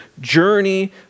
journey